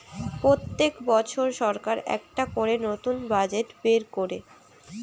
পোত্তেক বছর সরকার একটা করে নতুন বাজেট বের কোরে